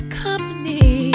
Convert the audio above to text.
company